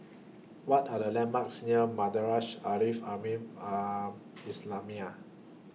What Are The landmarks near Madrasah Al Leaf Al Mean Al Islamiah